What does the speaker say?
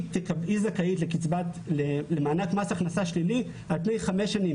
היא זכאית למענק מס הכנסה שלילי על פני חמש שנים,